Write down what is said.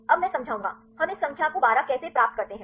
अब मैं समझाऊंगा हम इस संख्या को 12 कैसे प्राप्त करते हैं